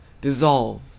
Dissolve